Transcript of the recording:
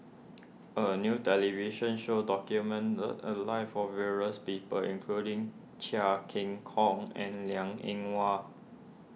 a new television show documented the a lives of various people including Chia Keng Kong and Liang Eng Hwa